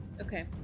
Okay